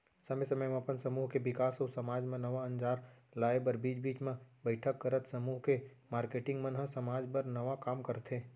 समे समे म अपन समूह के बिकास अउ समाज म नवा अंजार लाए बर बीच बीच म बइठक करत समूह के मारकेटिंग मन ह समाज बर नवा काम करथे